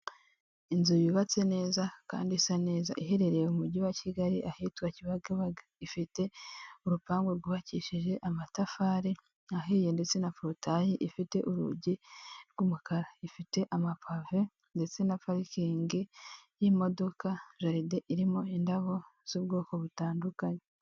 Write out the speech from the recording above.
Inzu yubatse neza kandi isa neza iherereye mu mujyi wa Kigali ahitwa Kibagabaga, ifite urupangu rwubakishije amatafari ahiye ndetse na porotayi ifite urugi rw'umukara, ifite amapave ndetse na parikingi y'imodoka jaride irimo indabo z'ubwoko butandukanye.